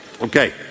Okay